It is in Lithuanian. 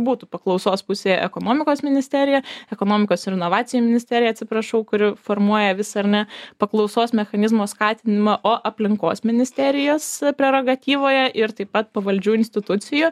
būtų paklausos pusėje ekonomikos ministerija ekonomikos ir inovacijų ministerija atsiprašau kuri formuoja vis ar ne paklausos mechanizmo skatinimą o aplinkos ministerijos prerogatyvoje ir taip pat pavaldžių institucijų